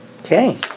Okay